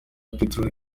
peteroli